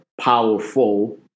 powerful